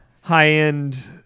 High-end